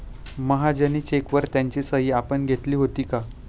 महाजनी चेकवर त्याची सही आपण घेतली होती का?